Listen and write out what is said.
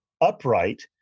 upright